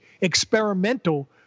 experimental